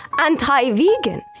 anti-vegan